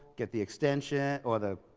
get the extension or the.